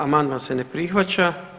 Amandman se ne prihvaća.